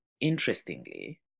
interestingly